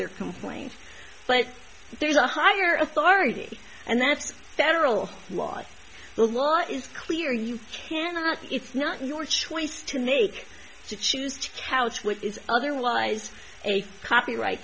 their complaints but there's a higher authority and that's federal law the law is clear you cannot it's not your choice to make to choose to couch what is otherwise a copyright